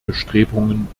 bestrebungen